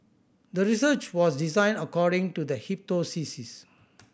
the research was designed according to the hypothesis